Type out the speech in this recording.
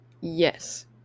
Yes